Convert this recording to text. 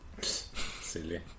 Silly